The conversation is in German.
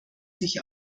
sich